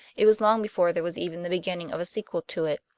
it was long before there was even the beginning of a sequel to it.